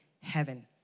heaven